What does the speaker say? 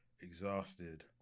exhausted